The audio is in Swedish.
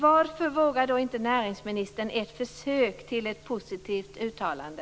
Varför vågar då inte näringsministern sig på ett försökt till ett positivt uttalande?